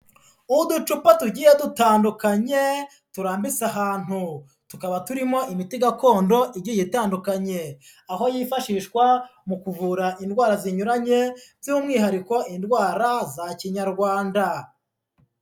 Uducupa tugiye dutandukanye, turambitse ahantu. Tukaba turimo imiti gakondo igiye itandukanye. Aho yifashishwa mu kuvura indwara zinyuranye by'umwihariko indwara za kinyarwanda.